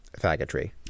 faggotry